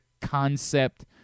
concept